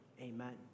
amen